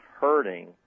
hurting